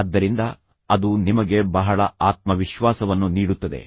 ಆದ್ದರಿಂದ ಅದು ನಿಮಗೆ ಬಹಳ ಆತ್ಮವಿಶ್ವಾಸವನ್ನು ನೀಡುತ್ತದೆ